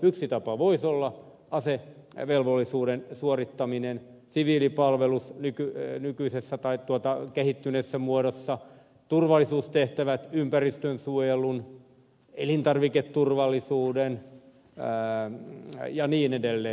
yksi tapa voisi olla asevelvollisuuden suorittaminen siviilipalvelus nykyisessä tai kehittyneessä muodossa turvallisuustehtävät työ ympäristönsuojelun elintarviketurvallisuuden ja niin edelleen